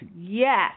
Yes